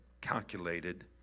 calculated